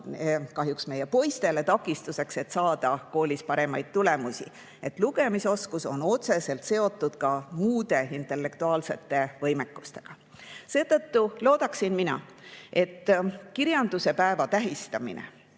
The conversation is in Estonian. kahjuks meie poistele takistuseks, nii et ei saada koolis paremaid tulemusi. Seega, lugemisoskus on otseselt seotud ka muude intellektuaalsete võimetega. Seetõttu loodan mina, et kirjanduse päeva tähistamine